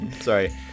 Sorry